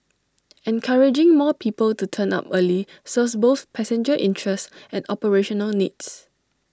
encouraging more people to turn up early serves both passenger interests and operational needs